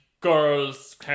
girls